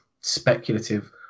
speculative